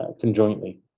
conjointly